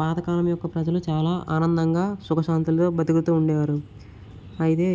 పాత కాలం యొక్క ప్రజలు చాలా ఆనందంగా సుఖశాంతులతో బ్రతుకుతూ ఉండేవారు అయితే